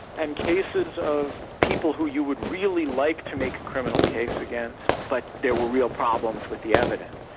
and cases of people who you would really like to make a criminal case against, but there were real problems with the evidence.